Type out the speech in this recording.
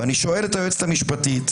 ואני שואל את היועצת המשפטית,